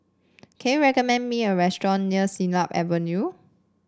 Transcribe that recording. can you recommend me a restaurant near Siglap Avenue